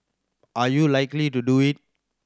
are you likely to do it